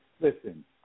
listen